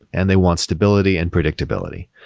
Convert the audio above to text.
and they want stability and predictability.